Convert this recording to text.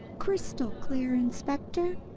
crystal clear, inspector.